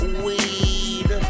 weed